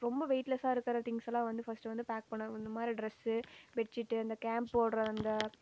ரொம்ப வெயிட்லெஸாக இருக்கிற திங்க்ஸ் எல்லாம் வந்து ஃபஸ்ட்டு வந்து பேக் பண்ணே இந்த மாதிரி ட்ரஸு பெட் சீட்டு அந்த கேம்ப் போடுகிற அந்த